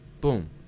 boom